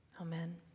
amen